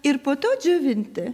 ir po to džiovinti